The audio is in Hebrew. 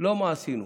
לא מה עשינו,